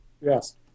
Yes